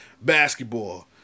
basketball